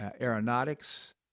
aeronautics